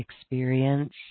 experience